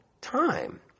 time